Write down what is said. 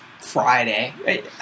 Friday